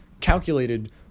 calculated